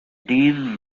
dean